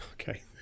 Okay